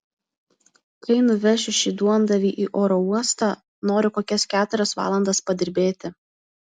kai nuvešiu šį duondavį į oro uostą noriu kokias keturias valandas padirbėti